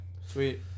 Sweet